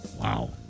Wow